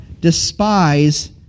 despise